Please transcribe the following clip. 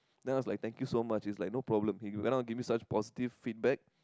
then I was like thank you so much he's like no problem he went on to give me such positive feedback